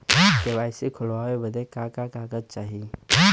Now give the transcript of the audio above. KYC खोलवावे बदे का का कागज चाही?